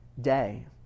day